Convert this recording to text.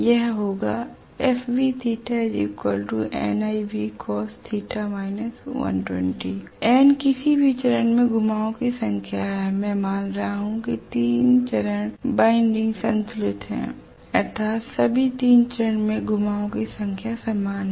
यह होगा N किसी भी चरण में घुमावों की संख्या है मैं मान रहा हूं कि सभी 3 चरण वाइंडिंग संतुलित हैं अर्थात सभी 3 चरणों में घुमावों की संख्या समान है